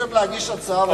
ניסיתם להגיש הצעה?